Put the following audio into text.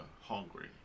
hungry